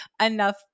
enough